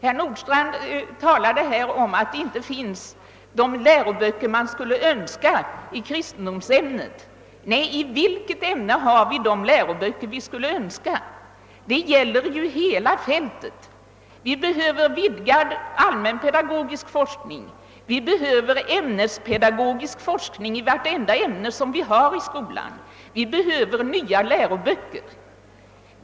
Herr Nordstrandh talade om att det inte finns de läroböcker man skulle önska i kristendomsämnet. Nej, i vilket ämne har vi de läroböcker vi skulle önska? Det gäller ju hela fältet. Vi behöver vidgad allmänpedagogisk forskning och ämnespedagogisk forskning i vartenda ämne i skolan. Vi behöver nya läroböcker.